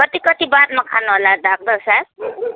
कति कति बादमा खानु होला डक्टर साहेब